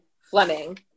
Fleming